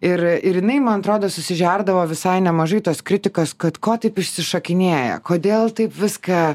ir ir jinai man atrodo susižerdavo visai nemažai tos kritikos kad ko taip išsišokinėja kodėl taip viską